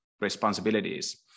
responsibilities